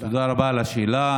תודה רבה על השאלה.